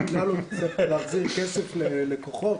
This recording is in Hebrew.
נתנה לו להחזיר כסף ללקוחות?